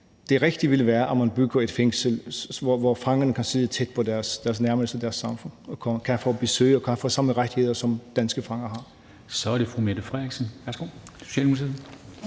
det rigtige vil være, at man bygger et fængsel, hvor fangerne kan sidde tæt på deres nærmeste, på deres samfund – og kan få besøg og have de samme de rettigheder, som danske fanger har. Kl. 16:12 Formanden (Henrik